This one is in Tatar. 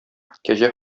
кәҗә